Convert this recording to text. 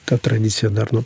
ta tradicija dar nuo